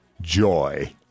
joy